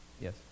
Yes